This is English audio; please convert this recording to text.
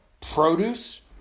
produce